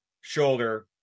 shoulder